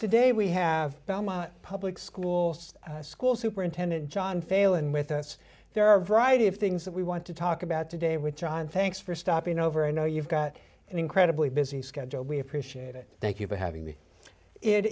today we have public schools school superintendent john failon with us there are a variety of things that we want to talk about today with john thanks for stopping over i know you've got an incredibly busy schedule we appreciate it thank you for having